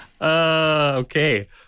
Okay